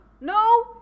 no